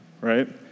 right